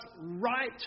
right